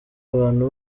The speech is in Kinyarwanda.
abantu